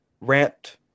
rant